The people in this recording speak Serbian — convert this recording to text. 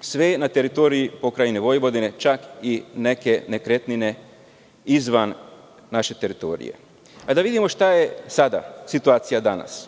sve je na teritoriji Pokrajine Vojvodine, čak i neke nekretnine izvan naše teritorije. Da vidimo šta je situacija danas.